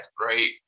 right